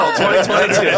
2022